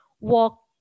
walk